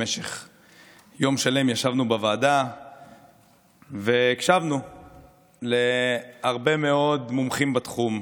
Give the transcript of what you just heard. יום שלם ישבנו בוועדה והקשבנו להרבה מאוד מומחים בתחום.